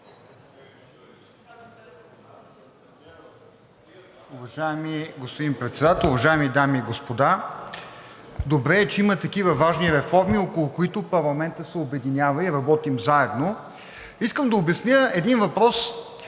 Уважаеми господин Председател, уважаеми дами и господа! Добре е, че има такива важни реформи, около които парламентът се обединява и работим заедно. Искам да обясня един въпрос,